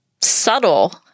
subtle